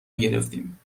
گرفتیم